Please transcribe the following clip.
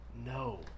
no